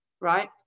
right